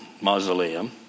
mausoleum